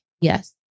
yes